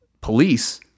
police